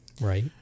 right